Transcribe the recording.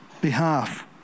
behalf